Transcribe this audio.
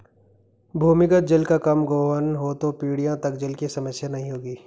भूमिगत जल का कम गोहन हो तो पीढ़ियों तक जल की समस्या नहीं होगी